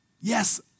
Yes